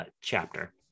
chapter